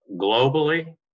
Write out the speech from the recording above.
globally